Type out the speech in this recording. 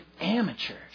amateurs